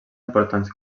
importants